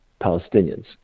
Palestinians